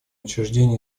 учреждение